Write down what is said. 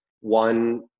one